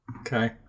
Okay